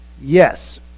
yes